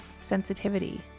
sensitivity